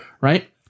Right